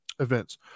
events